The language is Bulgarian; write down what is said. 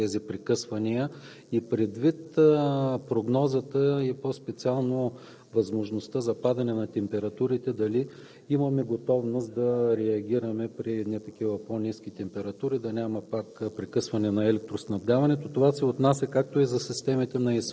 екипи ли имаше на терен, които да отстранят тези прекъсвания? Предвид прогнозата и по-специално възможността за падане на температурите, дали имаме готовност да реагираме при едни такива по-ниски температури да няма пак